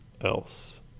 else